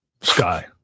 sky